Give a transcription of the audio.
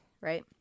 right